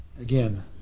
again